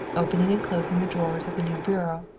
opening and closing the drawers of the new bureau,